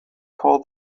call